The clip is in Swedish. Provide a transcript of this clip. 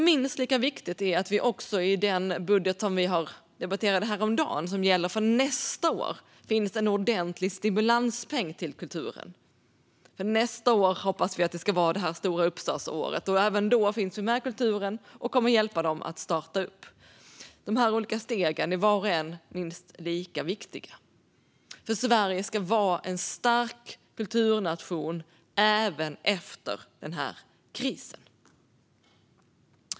Minst lika viktigt är att det i den budget som vi debatterade häromdagen och som gäller för nästa år finns en ordentlig stimulanspeng till kulturen. För nästa år hoppas vi ska vara det stora uppstartsåret, och även då kommer vi att finnas med kulturen och hjälpa till att starta upp igen. De olika stegen är vart och ett minst lika viktigt, för Sverige ska vara en stark kulturnation även efter den här krisen.